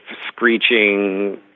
screeching